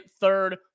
third